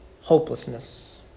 hopelessness